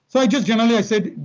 so i just generally, i said,